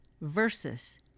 versus